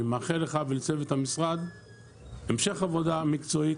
אני מאחל לך ולצוות המשרד המשך עבודה מקצועית,